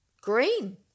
green